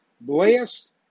blessed